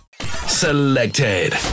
Selected